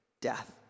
death